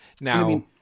Now